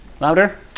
louder